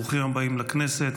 ברוכים הבאים לכנסת,